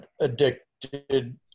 addicted